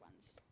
ones